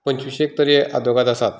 पंचविशेक तरी आदवोगाद आसात